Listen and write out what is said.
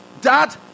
dad